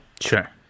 sure